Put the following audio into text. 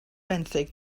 benthyg